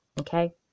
okay